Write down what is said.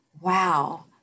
Wow